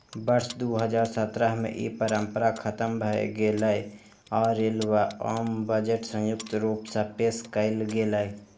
वर्ष दू हजार सत्रह मे ई परंपरा खतम भए गेलै आ रेल व आम बजट संयुक्त रूप सं पेश कैल गेलै